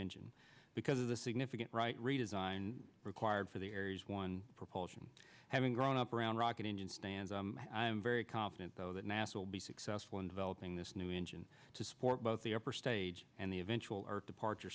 engine because of the significant right redesign required for the aries one propulsion having grown up around rocket engine stands i am very confident though that nasa will be successful in developing this new engine to support both the upper stage and the eventual departure